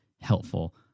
helpful